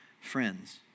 friends